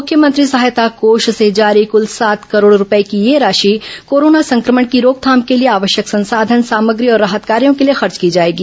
मुख्यमंत्री सहायता कोष से जारी कल सात करोड़ रूपये की यह राशि कोरोना संक्रमण की रोकथाम के लिए आवश्यक संसाधन सामग्री और राहत कार्यों के लिए खर्च की जाएगी